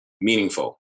meaningful